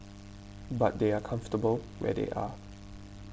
but they are comfortable where they are